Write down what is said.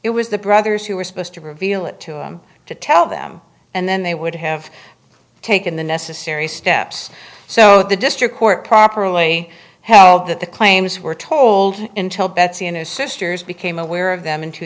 it was the brothers who were supposed to reveal it to him to tell them and then they would have taken the necessary steps so the district court properly held that the claims were told intil betsy and his sisters became aware of them in two